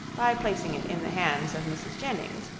by placing it in the hands of mrs. jennings,